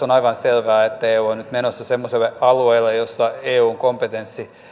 on aivan selvää että tässä eu on nyt menossa semmoiselle alueelle jossa eun kompetenssi